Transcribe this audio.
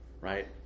Right